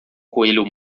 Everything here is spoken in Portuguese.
coelho